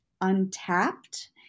untapped